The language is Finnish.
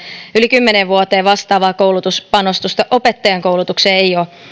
yli kymmeneen vuoteen vastaavaa koulutuspanostusta opettajankoulutukseen